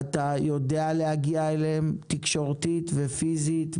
אתה יודע להגיע אליהם תקשורתית ופיזית,